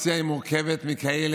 אדוני היושב-ראש, כבוד